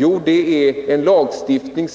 Jo, det är en lagstiftning